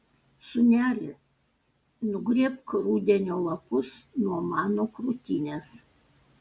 sūneli nugrėbk rudenio lapus nuo mano krūtinės